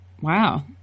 Wow